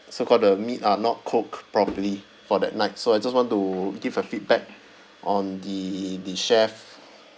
so call the meat are not cooked properly for that night so I just want to give a feedback on the the chef